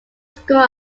school